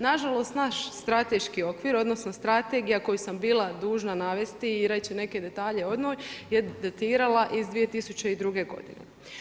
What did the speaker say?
Nažalost, naš strateški okvir, odnosno strategija koju sam bila dužna navesti i reći neke detalje o njoj je datirala iz 2002. godine.